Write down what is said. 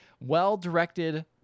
well-directed